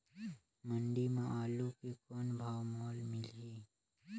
मंडी म आलू के कौन भाव मोल मिलही?